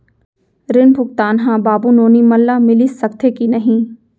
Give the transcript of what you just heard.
ऋण भुगतान ह बाबू नोनी मन ला मिलिस सकथे की नहीं?